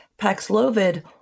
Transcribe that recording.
Paxlovid